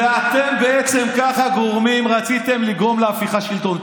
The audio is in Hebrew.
אתם ככה רציתם לגרום להפיכה שלטונית.